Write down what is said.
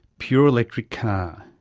pure electric car.